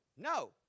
No